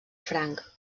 franc